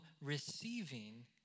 receiving